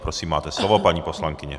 Prosím, máte slovo, paní poslankyně.